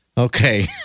Okay